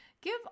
Give